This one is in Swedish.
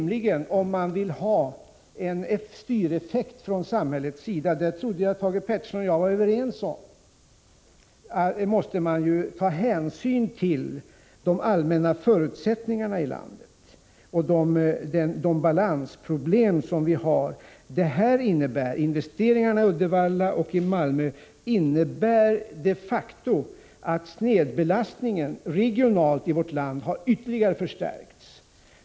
Om man vill ha en styreffekt från samhällets sida — och det trodde jag Thage Peterson och jag var överens om — måste man rimligen ta hänsyn till de allmänna förutsättningarna i landet och de balansproblem som finns. Investeringarna i Uddevalla och Malmö innebär de facto att den regionala snedbelastningen i vårt land ytterligare har förstärkts.